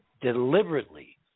deliberately